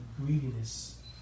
greediness